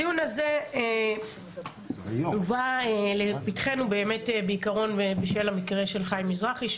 הדיון הזה הובא לפתחנו באמת בעיקרון בשל המקרה של חיים מזרחי.